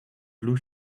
blue